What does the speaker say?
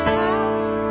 house